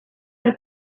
une